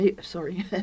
sorry